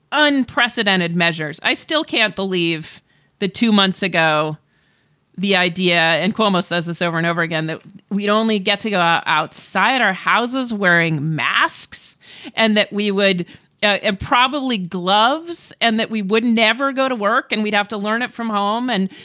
unprecedented measures i still can't believe the two months ago the idea and cuomo says this over and over again, that we'd only get to go outside our houses wearing masks and that we would ah probably gloves and that we would never go to work and we'd have to learn it from home. and,